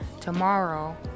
tomorrow